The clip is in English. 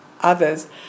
others